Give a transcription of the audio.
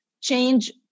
change